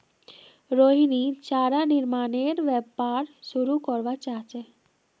रोहिणी चारा निर्मानेर व्यवसाय शुरू करवा चाह छ